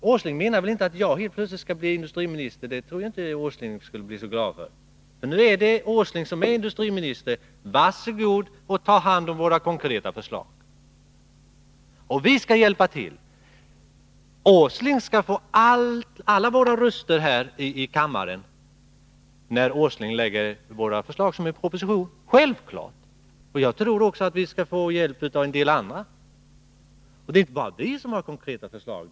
Nils Åsling menar väl inte att jag helt plötsligt skall bli industriminister? Det tror jag inte att han skulle vara så glad åt. Nu är det Nils Åsling som är industriminister. Var så god och ta hand om våra konkreta förslag! Vi skall hjälpa till. Nils Åsling skall få alla våra röster här i kammaren, när han lägger fram våra förslag som en proposition. Det är självklart, och jag tror att vi också skall få hjälp av en del andra. Och det är inte bara vi som har konkreta förslag.